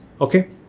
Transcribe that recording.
Okay